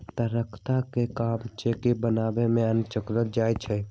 तकख्ता के काम चौकि बनाबे में आनल जाइ छइ